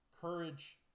courage